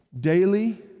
daily